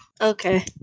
Okay